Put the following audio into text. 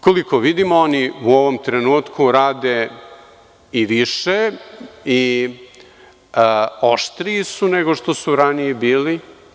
Koliko vidim, oni u ovom trenutku rade i više i oštriji su nego što su ranije bili.